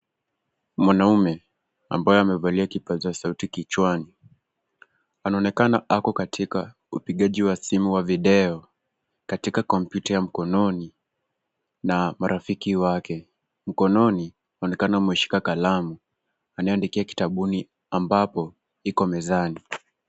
Mwanaume ambaye amefalia kipasa sauti kichwani anaonekana ako katika upikaji wa simu wa video katika computer wa mkononi na marafiki wake, mkononi anaonekana ameshika kalamu anayoandika kitabuni ambapo iko mezani